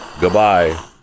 Goodbye